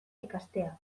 ikastea